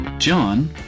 John